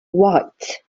white